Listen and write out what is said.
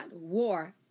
war